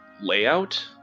layout